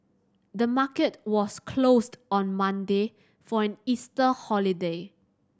the market was closed on Monday for an Easter holiday